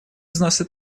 взносы